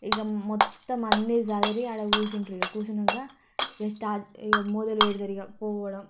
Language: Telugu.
ఇక మొత్తం అన్నీ సర్ది అక్కడ కూర్చుంటారు ఇక కూర్చున్నాక ఇక స్టార్ట్ ఇక మొదలుపెడతారు ఇక పోవడం